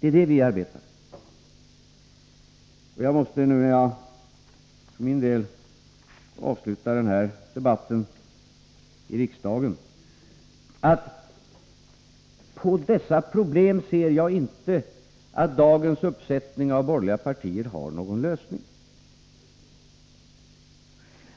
Det är detta vi arbetar för. Jag måste när jag nu för min del avslutar denna debatt i riksdagen säga att jag inte ser att dagens uppsättning av borgerliga partier har någon lösning